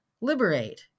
liberate